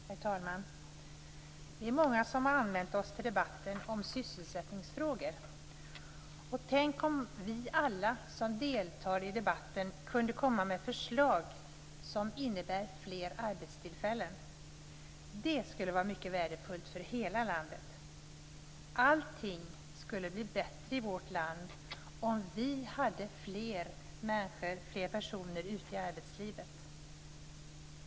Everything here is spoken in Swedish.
Herr talman! Vi är många som har anmält oss till debatten om sysselsättningsfrågor. Tänk om vi alla som deltar i debatten kunde komma med förslag som innebär fler arbetstillfällen. Det skulle vara mycket värdefullt för hela landet. Allting skulle bli bättre i vårt land om vi hade fler människor ute i arbetslivet.